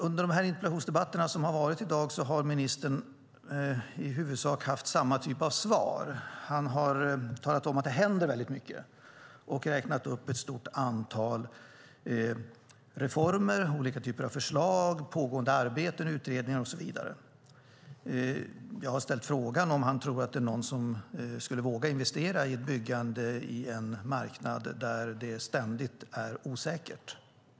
Under interpellationsdebatterna som har varit i dag har ministern i huvudsak haft samma typ av svar. Han har talat om att det händer väldigt mycket och har räknat upp ett stort antal reformer, olika typer av förslag, pågående arbeten, utredningar och så vidare. Jag har ställt frågan om han tror att det är någon som skulle våga investera i byggande på en marknad där det ständigt är osäkert.